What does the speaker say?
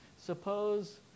Suppose